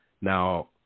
Now